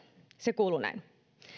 se kuuluu näin